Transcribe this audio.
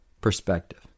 perspective